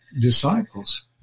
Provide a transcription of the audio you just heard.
disciples